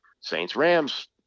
Saints-Rams